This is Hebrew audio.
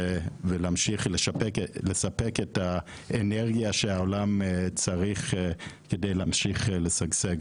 ולהמשיך לספק את האנרגיה שהעולם צריך כדי להמשיך לשגשג.